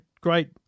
great